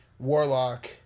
Warlock